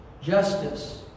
Justice